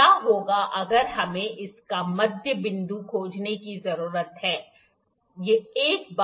क्या होगा अगर हमें इसका मध्य बिंदु खोजने की ज़रूरत है ठीक है